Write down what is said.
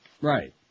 Right